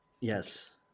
Yes